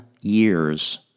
years